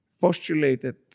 postulated